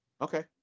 Okay